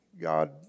God